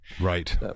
Right